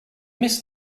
missed